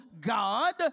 God